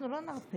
אנחנו לא נרפה.